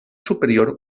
superior